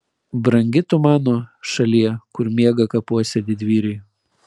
brangi tu mano šalie kur miega kapuose didvyriai